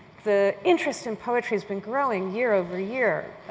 the interest in poetry has been growing year over year.